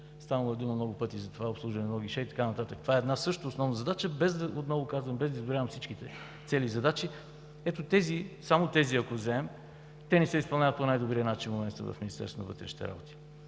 Ставало е дума много пъти за това – обслужване на едно гише и така нататък. Това е също основна задача, отново казвам, без да изброявам всичките цели и задачи. Ако вземем само тези, те не се изпълняват по най-добрия начин в момента от Министерството на вътрешните работи.